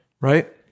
Right